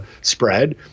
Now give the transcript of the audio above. spread